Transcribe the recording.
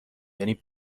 یعنی